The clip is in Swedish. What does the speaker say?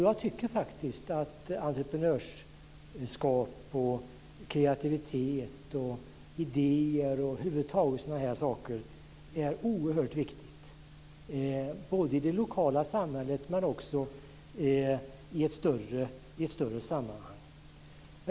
Jag tycker faktiskt att entreprenörskap, kreativitet, idéer och sådana här saker över huvud taget är oerhört viktiga, både i det lokala samhället och i ett större sammanhang.